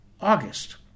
August